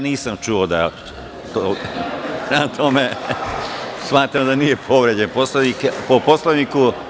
Nisam čuo, pa prema tome smatram da nije povređen Poslovnik.